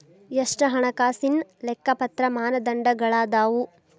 ಎಷ್ಟ ಹಣಕಾಸಿನ್ ಲೆಕ್ಕಪತ್ರ ಮಾನದಂಡಗಳದಾವು?